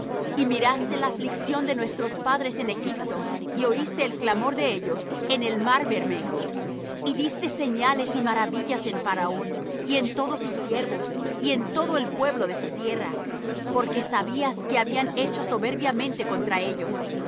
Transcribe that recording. y miraste la aflicción de nuestos padres en egipto y oíste el clamor de ellos en el mar bermejo y diste señales y maravillas en faraón y en todos sus siervos y en todo el pueblo de su tierra porque sabías que habían hecho soberbiamente contra ellos